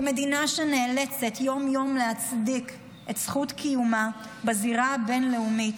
כמדינה שנאלצת יום-יום להצדיק את זכות קיומה בזירה הבין-לאומית,